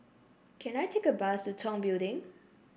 can I take a bus to Tong Building